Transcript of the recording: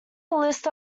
list